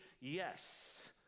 yes